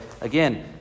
again